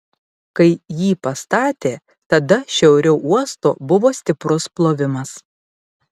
kai jį pastatė tada šiauriau uosto buvo stiprus plovimas